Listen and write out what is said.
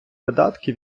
видатки